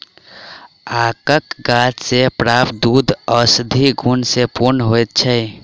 आकक गाछ सॅ प्राप्त दूध औषधीय गुण सॅ पूर्ण होइत छै